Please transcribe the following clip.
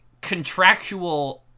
contractual